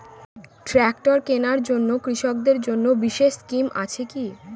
Tractor কেনার জন্য কৃষকদের জন্য বিশেষ স্কিম আছে কি?